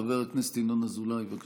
חבר הכנסת ינון אזולאי, בבקשה.